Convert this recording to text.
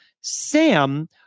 Sam